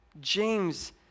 James